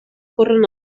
corren